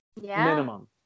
minimum